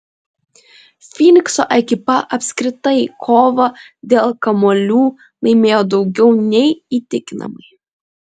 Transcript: fynikso ekipa apskritai kovą dėl kamuolių laimėjo daugiau nei įtikinamai